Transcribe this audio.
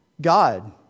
God